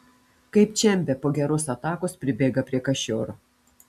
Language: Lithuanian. kaip čempe po geros atakos pribėga prie kašioro